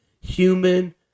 human